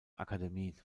akademie